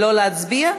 לא להצביע?